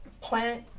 Plant